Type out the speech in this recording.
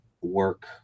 work